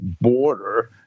border